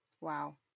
Wow